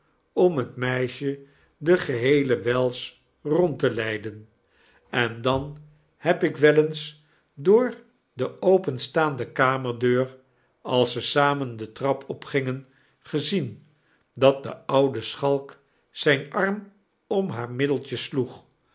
om het meisje de geheele wells rond te leiden en dan heb ik wel eens door de openstaande kamerdeur als ze samen de trap opgingen gezien dat de oude schalk zyn arm om haar middeltje sloeg